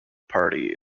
party